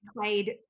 played